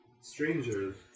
strangers